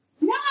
No